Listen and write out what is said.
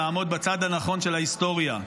לעמוד בצד הנכון של ההיסטוריה,